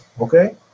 okay